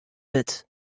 wurd